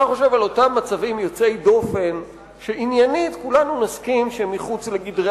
אתה חושב על אותם מצבים יוצאי דופן שעניינית כולנו נסכים שהם מחוץ לגדרי